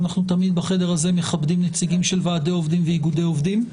אנחנו תמיד בחדר הזה מכבדים נציגי ועדי עובדים ואיגודי עובדים,